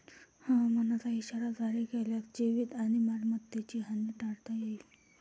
हवामानाचा इशारा जारी केल्यास जीवित आणि मालमत्तेची हानी टाळता येईल